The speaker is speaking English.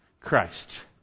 Christ